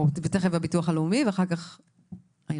תכף הביטוח הלאומי ואחר כך הארגונים.